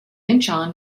incheon